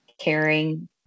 caring